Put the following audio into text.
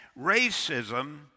Racism